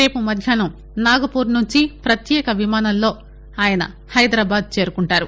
రేపు మధ్యాహ్నం నాగపూర్ నుంచి పత్యేక విమానంలో ఆయన హైదరాబాద్ చేరుకోనున్నారు